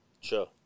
Sure